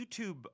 youtube